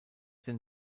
den